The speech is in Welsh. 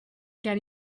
gen